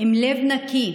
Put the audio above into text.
עם לב נקי,